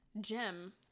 gem